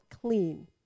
clean